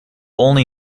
only